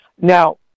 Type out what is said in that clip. Now